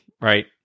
right